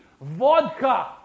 vodka